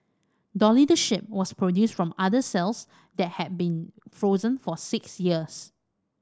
Dolly the sheep was produced from udder cells that had been frozen for six years